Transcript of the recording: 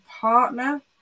partner